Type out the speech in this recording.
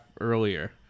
earlier